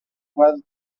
was